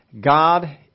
God